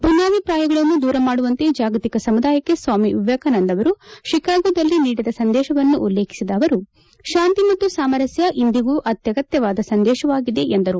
ಭಿನ್ನಾಭಿಪ್ರಾಯಗಳನ್ನು ದೂರ ಮಾಡುವಂತೆ ಜಾಗತಿಕ ಸಮುದಾಯಕ್ಕೆ ಸ್ವಾಮಿ ವಿವೇಕಾನಂದ ಅವರು ಶಿಕಾಗೋದಲ್ಲಿ ನೀಡಿದ ಸಂದೇಶವನ್ನು ಉಲ್ಲೇಖಿಸಿದ ಅವರು ಶಾಂತಿ ಮತ್ತು ಸಾಮರಸ್ಕ ಇಂದಿಗೂ ಅತ್ಯಗತ್ಯವಾದ ಸಂದೇಶವಾಗಿದೆ ಎಂದರು